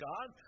God